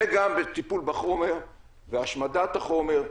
וגם טיפול בחומר והשמדת החומר.